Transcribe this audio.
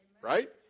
right